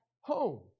home